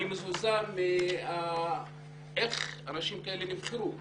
אני מזועזע איך אנשים כאלה נבחרו